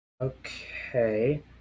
Okay